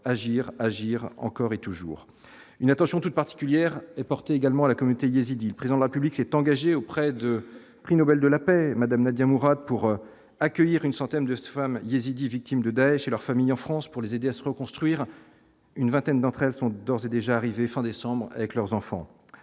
agir, agir encore et toujours une attention toute particulière est portée également à la communauté yézidi, le président de la République s'est engagé auprès de prix Nobel de la paix, Madame Nadia Mourad pour accueillir une centaine de cette femme yézidie, victime de Daech et leur famille en France pour les aider à se reconstruire une vingtaine d'entre elles sont d'ores et déjà arrivé fin décembre avec leurs enfants,